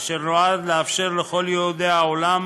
אשר נועד לאפשר לכל יהודי העולם